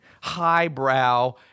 highbrow